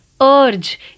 urge